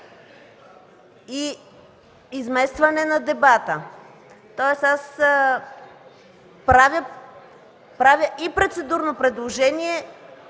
е изместване на дебата. Аз правя и процедурно предложение